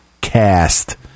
cast